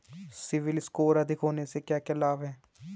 CIBIL score अधिक होने से क्या लाभ हैं?